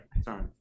Sorry